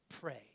pray